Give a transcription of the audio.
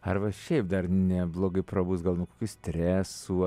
arba šiaip dar neblogai prabust gal nuo kokių stresų